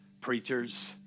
preachers